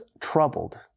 troubled